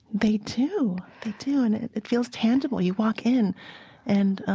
they do, they do. and it it feels tangible. you walk in and